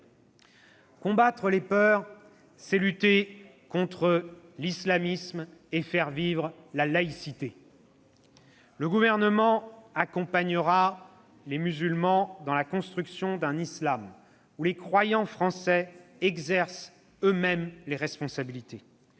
Combattre les peurs, c'est lutter contre l'islamisme et faire vivre la laïcité. « Le Gouvernement accompagnera les musulmans dans la construction d'un islam où les croyants français exercent les responsabilités.